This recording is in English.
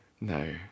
No